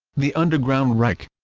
the underground reich